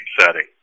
setting